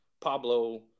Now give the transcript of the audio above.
Pablo